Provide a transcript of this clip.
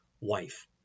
wife